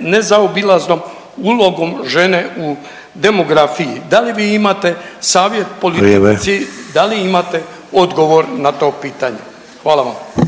nezaobilaznom ulogom žene u demografiji. Da li vi imate savjet politici … .../Upadica: Vrijeme./... da li imate odgovor na to pitanje? Hvala vam.